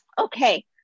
Okay